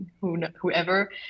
whoever